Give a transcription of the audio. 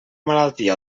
malaltia